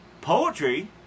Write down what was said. poetry